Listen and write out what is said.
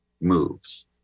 moves